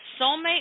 Soulmate